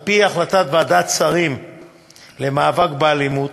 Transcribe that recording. על-פי החלטת ועדת שרים למאבק באלימות,